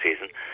season